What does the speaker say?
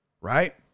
right